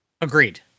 Agreed